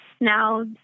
Now